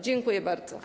Dziękuję bardzo.